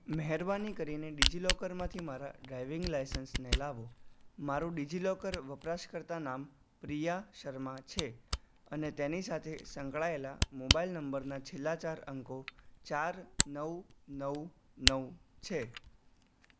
મહેરબાની કરીને ડિજિલોકરમાંથી મારા ડ્રાઇવિંગ લાયસન્સને લાવો મારું ડિજિલોકર વપરાશકર્તા નામ પ્રિયા શર્મા છે અને તેની સાથે સંકળાયેલા મોબાઇલ નંબરના છેલ્લા ચાર અંકો ચાર નવ નવ નવ છે